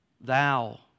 thou